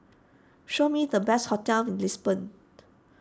show me the best hotels in Lisbon